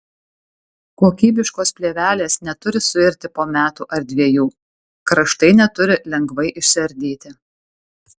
kokybiškos plėvelės neturi suirti po metų ar dviejų kraštai neturi lengvai išsiardyti